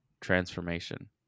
transformation